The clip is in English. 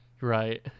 Right